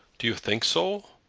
do you think so?